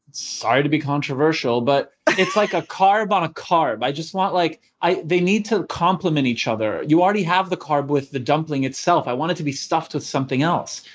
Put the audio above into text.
sorry to be controversial, but it's like a carb on a carb. i just want like, they need to compliment each other. you already have the carb with the dumpling itself. i want it to be stuffed with something else.